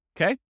Okay